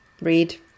read